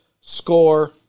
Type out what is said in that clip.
score